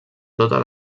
totes